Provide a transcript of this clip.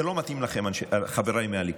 זה לא מתאים לכם, חבריי מהליכוד,